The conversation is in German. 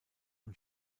und